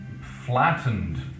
flattened